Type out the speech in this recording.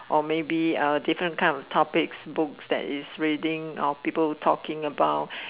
or maybe uh different kinds of topics books that people are reading or talking about